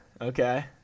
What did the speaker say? Okay